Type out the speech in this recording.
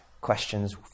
questions